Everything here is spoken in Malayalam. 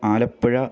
ആലപ്പുഴ